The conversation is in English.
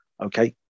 okay